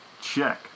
check